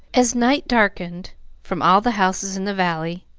as night darkened from all the houses in the valley,